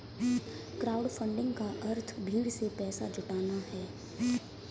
crowdfunding का अर्थ भीड़ से पैसा जुटाना है